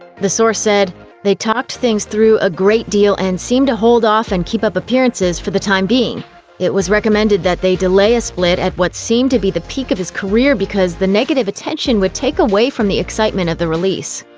the source said they talked things through a great deal and seemed to hold off and keep up appearances for the time being. it was recommended they delay a split at what seemed to be the peak of his career because the negative attention would take away from the excitement of the release.